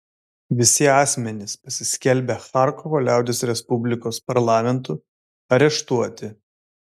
visi asmenys pasiskelbę charkovo liaudies respublikos parlamentu areštuoti